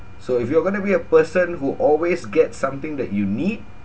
so if you're going to be a person who always get something that you need